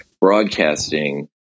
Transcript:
broadcasting